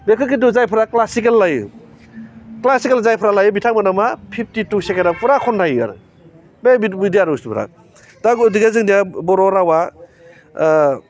बेखौ खिन्थु जायफ्रा क्लासिकेल लायो क्लासिकेल जायफ्रा लायो बिथांमोना मा फिफटि टु सेकेण्डआव फुरा खन्ननो हायो आरो दा बि बिब्दि आरो बुस्थुफ्रा दा गथिखे जोंनिया बर' रावआ